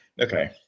Okay